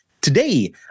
Today